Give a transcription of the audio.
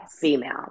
female